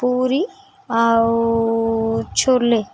ପୁରୀ ଆଉ ଛୋଲେ